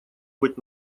быть